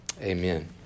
amen